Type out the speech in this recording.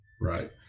right